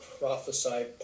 prophesy